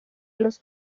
los